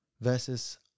versus